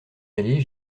aller